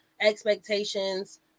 expectations